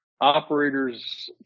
operators